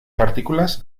partículas